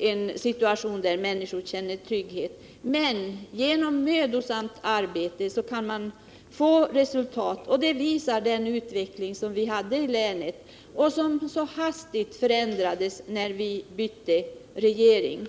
en situation där människor känner trygghet. Men genom mödosamt arbete kan man nå resultat. Det visar den utveckling som vi hade i länet och som så hastigt förändrades när vi bytte regering.